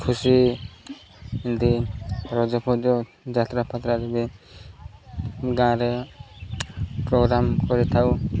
ଖୁସି ଏମିତି ରଜଫଜ ଯାତ୍ରାଫାତ୍ରାରେ ବି ଗାଁରେ ପ୍ରୋଗ୍ରାମ୍ କରିଥାଉ